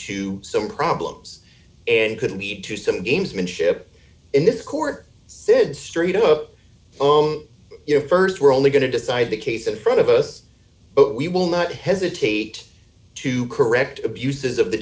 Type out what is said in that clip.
to some problems and could lead to some gamesmanship in the court said straight up on you know st we're only going to decide the case in front of us but we will not hesitate to correct abuses of the